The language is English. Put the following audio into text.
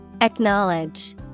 Acknowledge